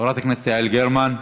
חברת הכנסת יעל גרמן,